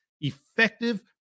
effective